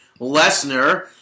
Lesnar